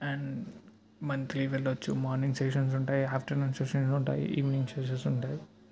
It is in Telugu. అండ్ మంత్లీ వెళ్ళచ్చు మార్నింగ్ సెషన్స్ ఆఫ్టర్నూన్ సెషన్స్ ఉంటాయి ఈవినింగ్ సెషన్స్ ఉంటాయి